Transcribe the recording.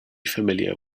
familiar